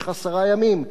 במשך עשרה ימים,